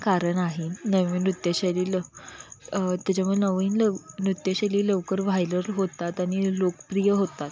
कारण आहे नवीन नृत्यशैली ल त्याच्यामुळे नवीन लव नृत्यशैली लवकर व्हायलर होतात आणि लोकप्रिय होतात